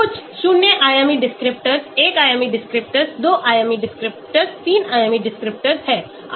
कुछ शून्य आयामी descriptors एक आयामी descriptors 2 आयामी descriptors 3 आयामी descriptors हैं